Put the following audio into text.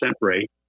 rate